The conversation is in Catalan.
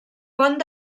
pont